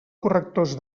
correctors